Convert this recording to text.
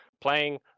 playing